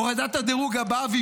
הורדת הדירוג הבאה,